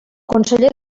conseller